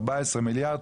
14 מיליארד,